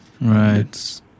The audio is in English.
Right